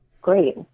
great